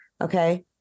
Okay